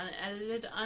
unedited